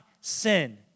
sin